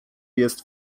jest